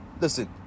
Listen